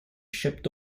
shipped